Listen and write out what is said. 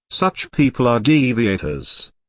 such people are deviators.